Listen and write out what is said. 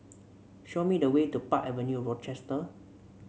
show me the way to Park Avenue Rochester